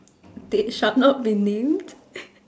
they shall not be named